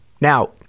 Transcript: Now